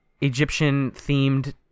Egyptian-themed